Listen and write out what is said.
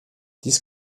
dies